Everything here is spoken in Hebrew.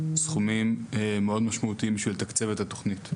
סכומים מאוד משמעותיים בשביל לתקצב את התכנית.